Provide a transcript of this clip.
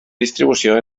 distribució